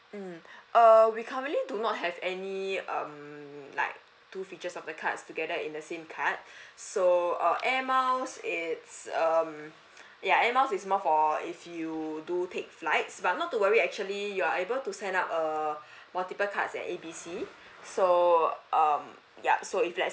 mm err we currently do not have any um like two features of the cards together in the same card so err air miles it's um ya air miles is more for if you do take flights but not to worry actually you are able to sign up err multiple cards at A B C so um ya so if let's